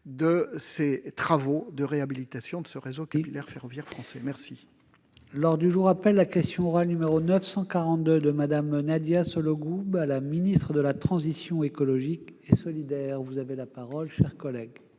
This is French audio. des travaux de réhabilitation du réseau capillaire ferroviaire français. La